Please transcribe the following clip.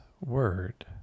word